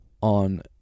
on